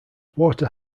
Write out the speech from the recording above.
water